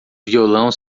violão